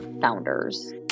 founders